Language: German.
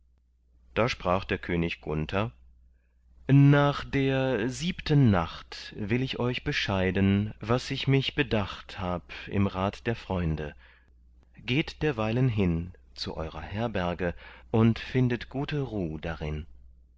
da sprach der könig gunther nach der siebten nacht will ich euch bescheiden was ich mich bedacht hab im rat der freunde geht derweilen hin zu eurer herberge und findet gute ruh darin